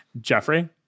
Jeffrey